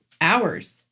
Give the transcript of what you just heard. hours